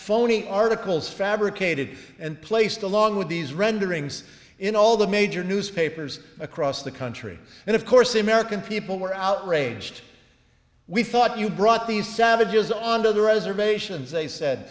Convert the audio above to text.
phony articles fabricated and placed along with these renderings in all the major newspapers across the country and of course the american people were outraged we thought you brought these savages on to the reservations they said